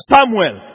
Samuel